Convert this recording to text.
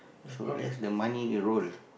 so that's the money it roll